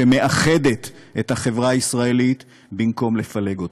שמאחדת את החברה הישראלית במקום לפלג אותה.